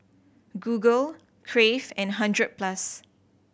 Google Crave and Hundred Plus